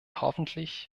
hoffentlich